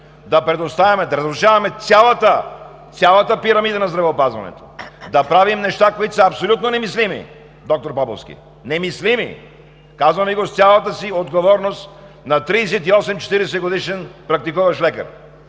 след време – да разрушаваме цялата пирамида на здравеопазването, да правим неща, които са абсолютно немислими, доктор Поповски, немислими! Казвам Ви го с цялата си отговорност на 38 – 40-годишен практикуващ лекар: